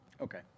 Okay